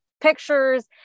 pictures